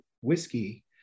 whiskey